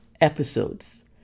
episodes